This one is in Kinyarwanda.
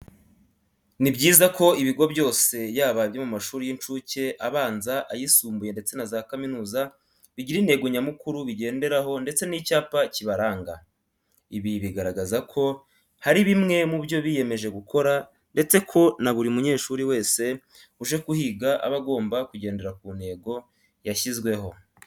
Ni byiza ko ibigo byose yaba ibyo mu mashuri y'incuke, abanza, ayisumbuye ndetse na za kaminuza bigira intego nyamukuru bigenderaho ndetse n'icyapa cyibaranga. Ibi bigaragaza ko hari bimwe mu byo biyemeje gukora ndetse ko na buri munyeshuri wese uje kuhiga aba agomba kugendera ku ntego yashyizweho.